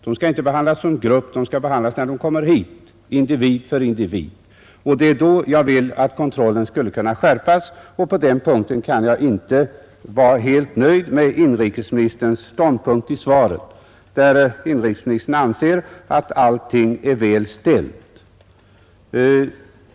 De skall inte behandlas som grupp — de skall behandlas när de kommer hit, individ för individ. Det är då jag vill 15 att kontrollen skulle kunna skärpas, och på den punkten kan jag inte vara helt nöjd med inrikesministerns svar, som går ut på att inrikesministern anser att allting är väl beställt.